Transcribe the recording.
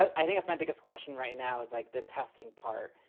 i think that's my biggest question right now is like the testing part.